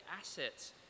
assets